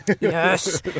Yes